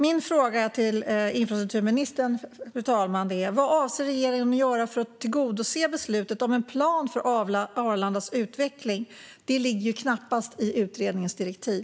Min fråga till infrastrukturministern är: Vad avser regeringen att göra för att tillgodose tillkännagivandet om en plan för Arlandas utveckling? Det ligger knappast i utredningens direktiv.